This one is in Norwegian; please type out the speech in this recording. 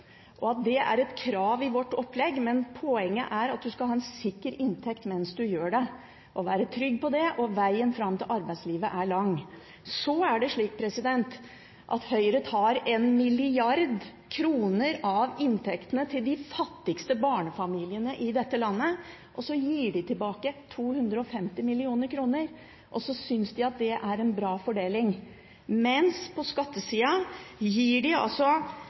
ett år. Det er et krav i vårt opplegg, men poenget er at du skal ha en sikker inntekt mens du gjør det, og være trygg på det. Vegen fram til arbeidslivet er lang. Så er det slik at Høyre tar 1 mrd. kr av inntektene til de fattigste barnefamiliene i dette landet og gir tilbake 250 mill. kr, og det synes de er en bra fordeling, mens de på skattesiden f.eks. gir